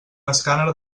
escàner